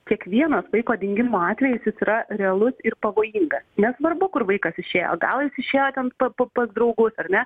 kiekvienas vaiko dingimo atvejis jis yra realus ir pavojingas nesvarbu kur vaikas išėjo gal jis išėjo ten pa pa pas draugus ar ne